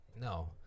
No